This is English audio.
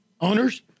owners